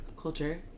culture